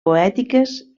poètiques